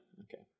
okay